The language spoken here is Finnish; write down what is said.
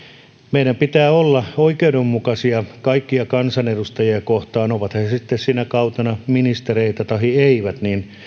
meidän pitää olla oikeudenmukaisia kaikkia kansanedustajia kohtaan ovat he sitten sinä kautena ministereitä tahi eivät niin